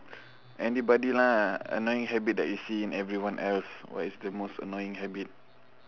anybody lah annoying habit that you see in everyone else what is the most annoying habit